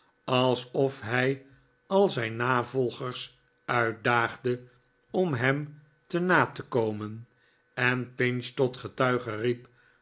alsof hij al zijn navolgers uitdaagde om hem te na te komen en pinch tot getuige riep